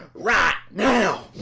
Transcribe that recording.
right now.